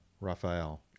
Raphael